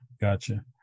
Gotcha